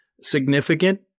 significant